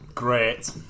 Great